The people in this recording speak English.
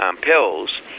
pills